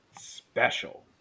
special